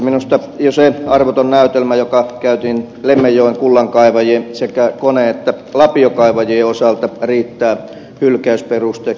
minusta jo se arvoton näytelmä joka käytiin lemmenjoen kullankaivajien sekä kone että lapiokaivajien osalta riittää hylkäysperusteeksi